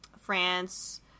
France